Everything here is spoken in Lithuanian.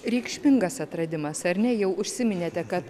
reikšmingas atradimas ar ne jau užsiminėte kad